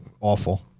awful